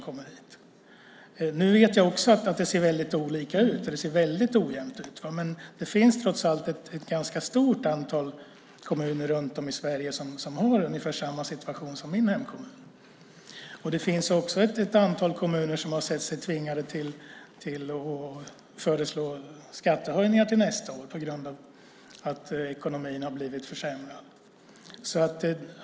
Jag vet att det ser olika ut i olika kommuner, men det finns trots allt ett ganska stort antal kommuner runt om i Sverige som har ungefär samma situation som min hemkommun. Det finns också ett antal kommuner som har sett sig tvingade att föreslå skattehöjningar till nästa år på grund av försämrad ekonomi.